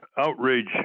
outrage